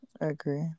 agree